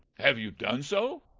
have you done so?